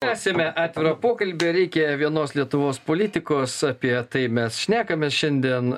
tęsiame atvirą pokalbį reikia vienos lietuvos politikos apie tai mes šnekamės šiandien